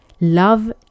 love